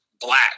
black